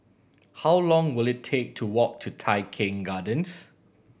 how long will it take to walk to Tai Keng Gardens